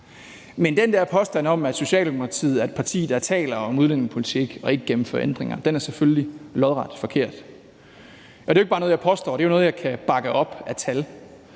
Men den der påstand om, at Socialdemokratiet er et parti, der taler om udlændingepolitik og ikke gennemfører ændringer, er selvfølgelig lodret forkert. Det er jo ikke bare noget, jeg påstår. Det er noget, jeg kan bakke op med tal,